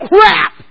crap